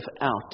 out